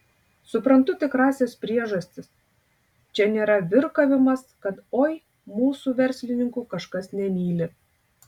suprantu tikrąsias priežastis čia nėra virkavimas kad oi mūsų verslininkų kažkas nemyli